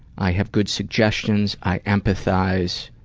i have good suggestions, i empathize,